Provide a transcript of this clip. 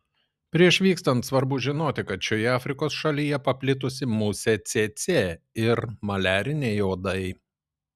prieš vykstant svarbu žinoti kad šioje afrikos šalyje paplitusi musė cėcė ir maliariniai uodai